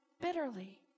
bitterly